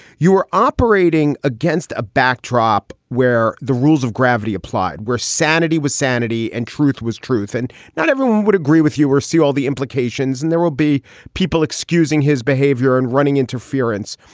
you were operating against a backdrop where the rules of gravity applied, where sanity was sanity and truth was truth. and not everyone would agree with you or see all the implications. and there will be people excusing his behavior and running interference.